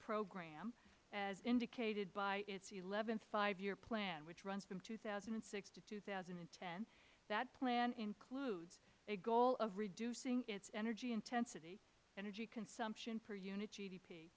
program as indicated by its th five year plan which runs from two thousand and six to two thousand and ten that plan includes a goal of reducing its energy intensity energy consumption per unit g